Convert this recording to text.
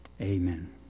amen